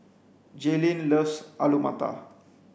Jaelynn loves Alu Matar